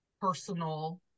personal